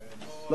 הם באוהלים.